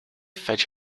fetch